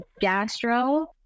gastro